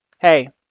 Hey